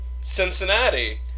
Cincinnati